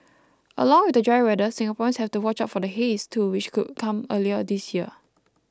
along with the dry weather Singaporeans have to watch out for the haze too which could come earlier this year